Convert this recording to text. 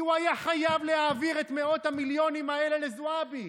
כי הוא היה חייב להעביר את מאות המיליונים האלה לזועבי,